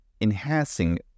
enhancing